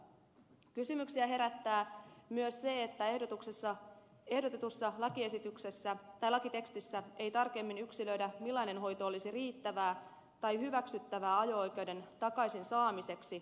kysymyksiä herättää myös se että ehdotetussa lakitekstissä ei tarkemmin yksilöidä millainen hoito olisi riittävää tai hyväksyttävää ajo oikeuden takaisin saamiseksi